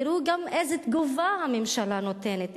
תראו איזה תגובה הממשלה נותנת,